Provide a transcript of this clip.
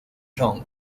john